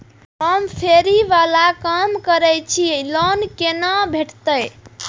हम फैरी बाला काम करै छी लोन कैना भेटते?